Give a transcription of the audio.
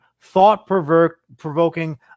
thought-provoking